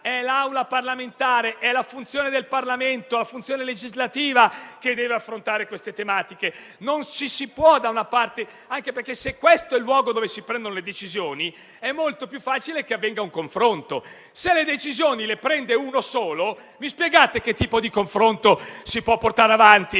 è l'Aula parlamentare, è il potere legislativo che deve affrontare queste tematiche. Questo anche perché, se questo è il luogo dove si prendono le decisioni, è molto più facile che vi avvenga un confronto. Se le decisioni le prende uno solo, mi spiegate che tipo di confronto si può portare avanti